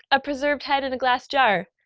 a preserved head in a glass jar,